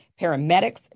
paramedics